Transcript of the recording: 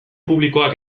publikoak